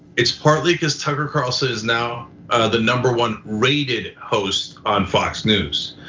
it's partly because tucker carlson is now the number one rated host on fox news.